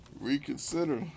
Reconsider